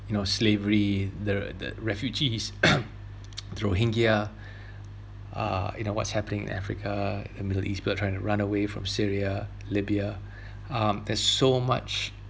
you know slavery the the refugees rohingya uh you know what's happening in africa the middle east people are trying to run away from syria libya um there's so much